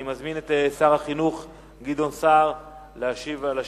אני מזמין את שר החינוך גדעון סער להשיב על השאילתות.